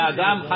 Adam